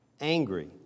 angry